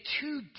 two